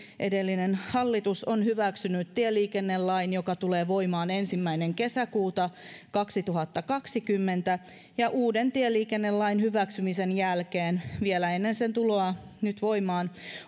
edellinen hallitus on hyväksynyt tieliikennelain joka tulee voimaan ensimmäinen kesäkuuta kaksituhattakaksikymmentä ja uuden tieliikennelain hyväksymisen jälkeen nyt vielä ennen sen tuloa voimaan